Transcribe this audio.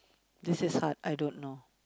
this is hard I don't know